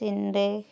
চীন দেশ